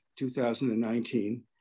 2019